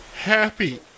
happy